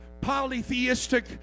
polytheistic